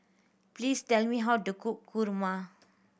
please tell me how to cook kurma